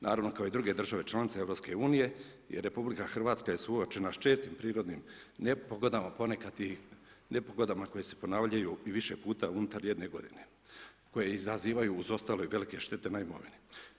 Naravno, kao i druge države članice EU i RH je suočena s čestim prirodnim nepogodama, ponekad i nepogodama koje se ponavljaju i više puta unutar jedne godine, koje izazivaju uz ostalo i velike štete na imovine.